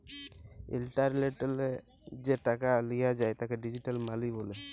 ইলটারলেটলে যে টাকাট লিয়া যায় তাকে ডিজিটাল মালি ব্যলে